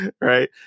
Right